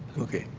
okay.